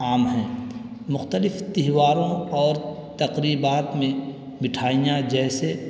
عام ہیں مختلف تہواروں اور تقریبات میں مٹھائیاں جیسے